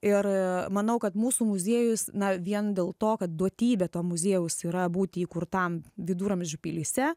ir manau kad mūsų muziejus na vien dėl to kad duotybė to muziejaus yra būti įkurtam viduramžių pilyse